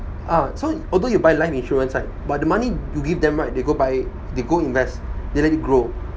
uh so although you buy life insurance right but the money you give them right they go buy they go invest they let it grow